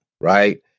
right